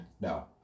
No